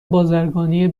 بازرگانی